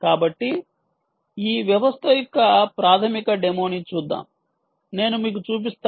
కాబట్టి ఈ వ్యవస్థ యొక్క ప్రాథమిక డెమోని చూద్దాం నేను మీకు చూపిస్తాను